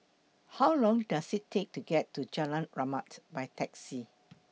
How Long Does IT Take to get to Jalan Rahmat By Taxi